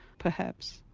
perhaps,